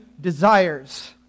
desires